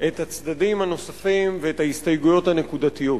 את הצדדים הנוספים ואת ההסתייגויות הנקודתיות.